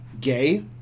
Gay